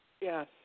Yes